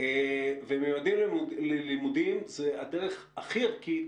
"ממדים ללימודים" זו הדרך הכי ערכית,